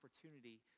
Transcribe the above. opportunity